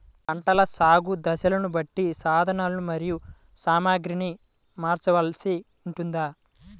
పంటల సాగు దశలను బట్టి సాధనలు మరియు సామాగ్రిని మార్చవలసి ఉంటుందా?